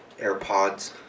airpods